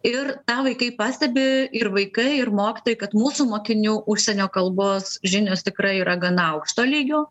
ir tą vaikai pastebi ir vaikai ir mokytojai kad mūsų mokinių užsienio kalbos žinios tikrai yra gana aukšto lygio